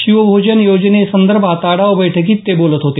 शिवभोजन योजनेसंदर्भात आढावा बैठकित ते बोलत होते